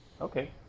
Okay